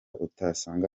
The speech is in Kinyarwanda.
utasanga